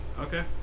Okay